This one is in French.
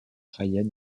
ryan